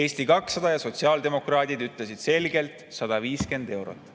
Eesti 200 ja sotsiaaldemokraadid ütlesid selgelt, et 150 eurot,